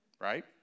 Right